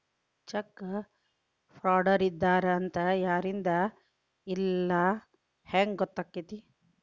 Check ಫ್ರಾಡರಿದ್ದಾರ ಅಂತ ಯಾರಿಂದಾ ಇಲ್ಲಾ ಹೆಂಗ್ ಗೊತ್ತಕ್ಕೇತಿ?